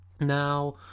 now